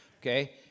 Okay